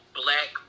black